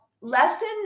lesson